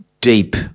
deep